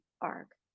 arc